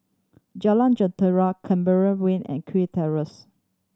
Jalan Jentera Canberra Way and Kew Terrace